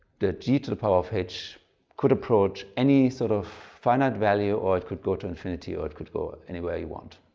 the g to the power of h could approach any sort of finite value or it could go to infinity or it could go anywhere you want.